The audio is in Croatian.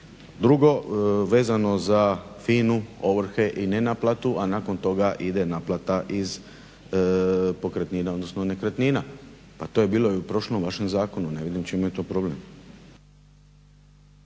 Drugo vezano za FINA-u, ovrhe i nenaplatu, a nakon toga ide naplata iz pokretnina, odnosno nekretnina. Pa to je bilo i u prošlom vašem zakonu, ne vidim u čemu je tu problem.